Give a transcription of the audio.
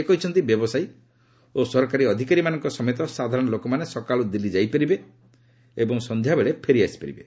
ସେ କହିଛନ୍ତି ବ୍ୟବସାୟୀ ଓ ସରକାରୀ ଅଧିକାରୀମାନଙ୍କ ସମେତ ସାଧାରଣ ଲୋକମାନେ ସକାଳୁ ଦିଲ୍ଲୀ ଯାଇପାରିବେ ଏବଂ ସନ୍ଧ୍ୟା ବେଳେ ଫେରିପାରିବେ